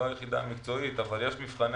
אני לא היחידה המקצועית אבל יש מבחני